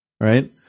right